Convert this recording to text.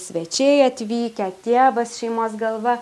svečiai atvykę tėvas šeimos galva